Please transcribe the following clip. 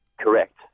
correct